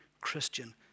Christian